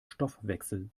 stoffwechsel